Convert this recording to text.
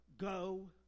go